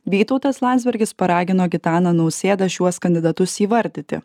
vytautas landsbergis paragino gitaną nausėdą šiuos kandidatus įvardyti